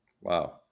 Wow